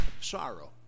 sorrow